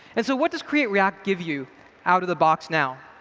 and so what does create react give you out of the box now?